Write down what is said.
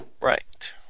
Right